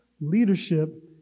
leadership